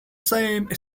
same